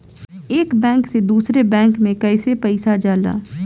एक बैंक से दूसरे बैंक में कैसे पैसा जाला?